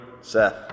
Seth